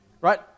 Right